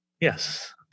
Yes